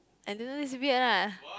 I don't know it's weird lah